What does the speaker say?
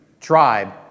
tribe